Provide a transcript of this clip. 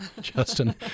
Justin